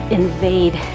invade